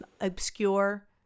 obscure